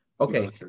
Okay